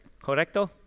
Correcto